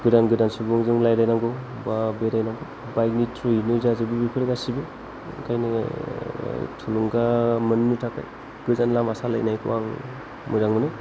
गोदान गोदान सुबुंजों रायज्लायनांगौ बा बेरायनांगौ बाइकनि थ्रुयैनो जाजोबो बेफोर गासैबो ओंखायनो थुलुंगा मोननो थाखाय गोजान लामा सालायनायखौ आं मोजां मोनो